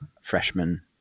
freshman-